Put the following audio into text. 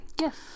Yes